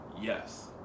Yes